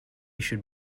should